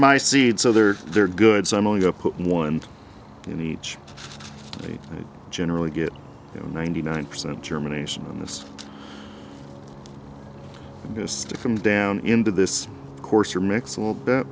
my seeds so they're they're good some only go put one in each i generally get ninety nine percent germination this has to come down into this course or mix a little bit